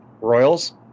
Royals